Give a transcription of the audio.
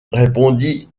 répondit